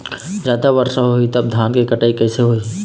जादा वर्षा होही तब धान के कटाई कैसे होही?